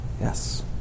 Yes